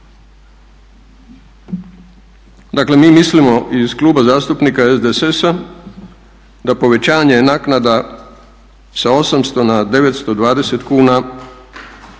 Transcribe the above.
Dakle mi mislimo iz Kluba zastupnika SDSS-a da povećanje je naknada sa 800 na 920 kuna,